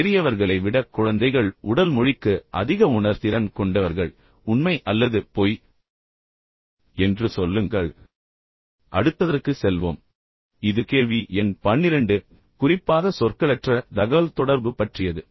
பெரியவர்களை விட குழந்தைகள் உடல் மொழிக்கு அதிக உணர்திறன் கொண்டவர்கள் உண்மை அல்லது பொய் என்று சொல்லுங்கள் அடுத்ததற்கு செல்வோம் இது கேள்வி எண் 12 குறிப்பாக சொற்களற்ற தகவல்தொடர்பு பற்றியது